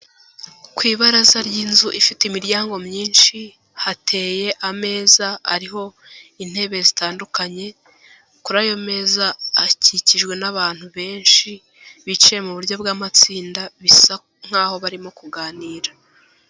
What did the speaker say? Ku ibaraza ry'inzu ifite imiryango myinshi, hateye ameza ariho intebe zitandukanye, kuri ayo meza akikijwe n'abantu benshi bicaye mu buryo bw'amatsinda, bisa nk'aho barimo kuganira.